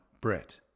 Brett